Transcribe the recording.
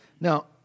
Now